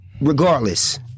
regardless